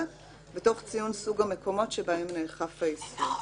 ותוך ציון סוג המקומות שבהם נאכף האיסור".